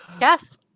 Yes